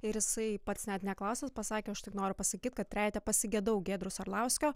ir jisai pats net neklausęs pasakė aš tik noriu pasakyt kad trejete pasigedau giedriaus arlauskio